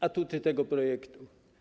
Atuty tego projektu.